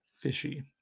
fishy